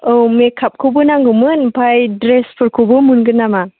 औ मेकआपखौबो नांगौमोन ओमफ्राय ड्रेसफोरखौबो मोनगोन नामा